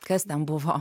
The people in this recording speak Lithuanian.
kas ten buvo